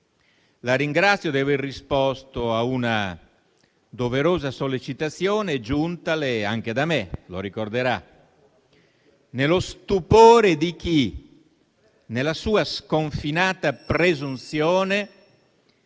La ringrazio di aver risposto a una doverosa sollecitazione, giuntale anche da me, lo ricorderà, nello stupore di chi, nella sua sconfinata presunzione,